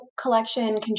collection